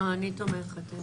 אני תומכת, אין בעיה.